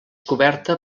coberta